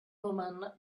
women